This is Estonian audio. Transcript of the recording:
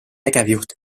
tegevjuht